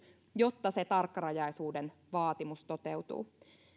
jotta se tarkkarajaisuuden vaatimus toteutuu